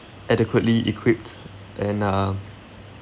adequately equipped and uh